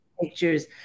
pictures